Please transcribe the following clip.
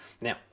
Now